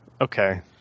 okay